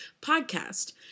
podcast